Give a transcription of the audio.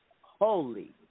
Holy